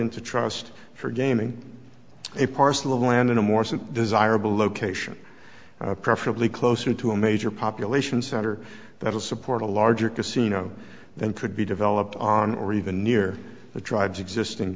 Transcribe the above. into trust for gaming a parcel of land in a more simple desirable location preferably closer to a major population center that will support a larger casino than could be developed on or even near the tribes existin